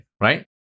right